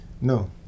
No